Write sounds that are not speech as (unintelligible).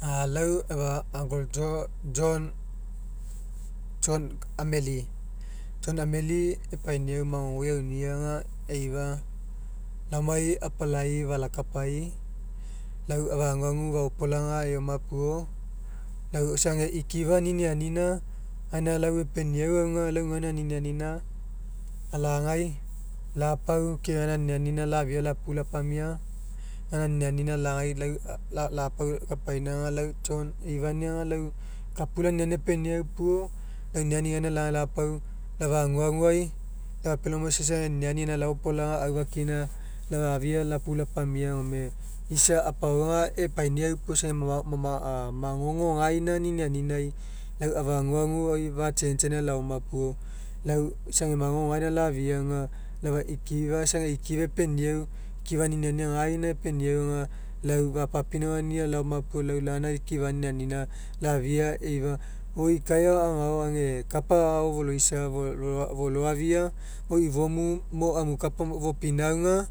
A lau efa uncle jo john, john amelia. John amelia lau epainiau magogou eaunia aga eifa, laomai apalai lau efau aguagu faopolaga eoma puo lau isa ega ikifa niniani gaina lau epeniau aga lau gaina ninianina lagai lapau ke gaina ninianina lafia lau apu lapamia gaina ninianina lagai lapau kapaina aga lau john eifania aga kapula epeniau puo lau niniani gaina lagai lapau la efau aguagui (unintelligible) isa ega niniani gaina laopolaga aufakina. Lafia lau apu lapamia. Gome isa apaoga lau epeniau puo gua a ma magogo gaina ninianinai lau afa aguaguai fa'changei aina laoma puo lau isa ega magogo gaina lafia aga lau efa ikifa isa ega ikifa epeniau ikifa ninianina gaina epeniau aga lau fapapinauganii laoma puo lau ikifa ninianina lafia eifa oi kai agao ega kapa agao foloisa folo afoloafia oi ifomu mo kapamo fopinauga.